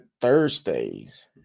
Thursdays